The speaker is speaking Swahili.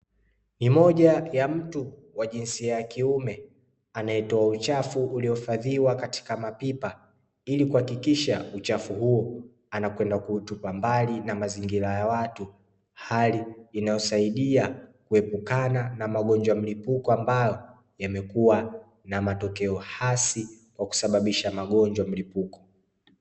Ni moja ya mtu wa jinsia ya kiume anayetoa uchafu ulioifadhiwa katika mapipa ili kuhakikisha uchafu huo anakwenda kuutupa mbali na mazingira ya watu, hali inayosaidia kuepukana na magonjwa mlipuko ambao yamekuwa na matokeo hasi wa kusababisha magonjwa mlipuko.